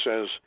says